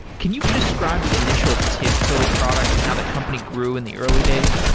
can you describe the initial tibco product and how the company grew in the early days?